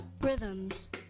Rhythms